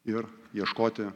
ir ieškoti